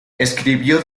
escribió